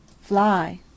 Fly